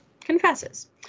confesses